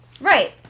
Right